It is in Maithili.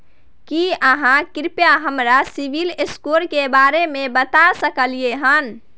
की आहाँ कृपया हमरा सिबिल स्कोर के बारे में बता सकलियै हन?